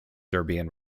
serbian